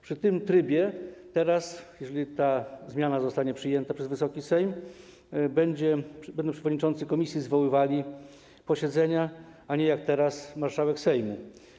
Przy tym trybie, jeżeli ta zmiana zostanie przyjęta przez Wysoki Sejm, to przewodniczący komisji będą zwoływali posiedzenia, a nie, jak teraz, marszałek Sejmu.